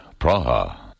Praha